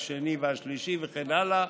השני והשלישי וכן הלאה,